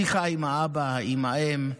שיחה עם האבא, עם האם,